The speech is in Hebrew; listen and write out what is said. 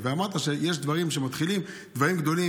אמרת שיש דברים גדולים שמתחילים לאט-לאט,